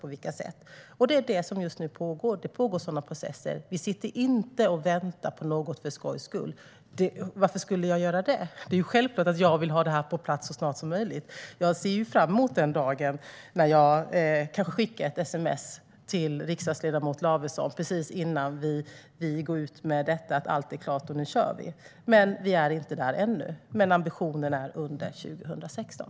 Det är sådana processer som just nu pågår. Vi sitter inte och väntar på något för skojs skull; varför skulle jag göra det? Det är självklart att jag vill ha det här på plats så snart som möjligt, och jag ser fram emot den dagen när jag kan skicka ett sms till riksdagsledamot Lavesson, precis in-nan vi går ut med att allt är klart, med innehållet: Nu kör vi. Vi är inte där ännu, men ambitionen är att det ska ske under 2016.